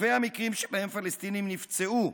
אלפי המקרים שבהם פלסטינים נפצעו,